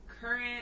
Current